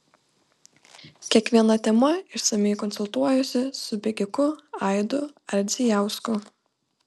kiekviena tema išsamiai konsultuojuosi su bėgiku aidu ardzijausku